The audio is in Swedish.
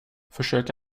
försök